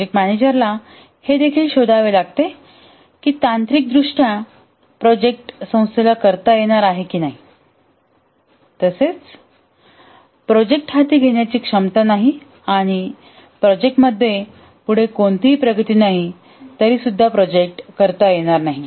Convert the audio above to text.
project मॅनेजरलाहे देखील शोधावे लागेल की तांत्रिक दृष्ट्या प्रोजेक्ट संस्थेला करता येणार नाही तसेच प्रोजेक्ट हाती घेण्याची क्षमता नाही आणि प्रोजेक्टामध्ये पुढे कोणतीही प्रगती नाही तर प्रोजेक्ट करता येणार नाही